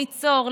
ליצור,